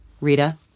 Rita